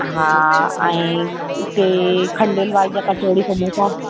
हा ऐं हिते खंडेलवाल जा त कचौड़ी संबोसा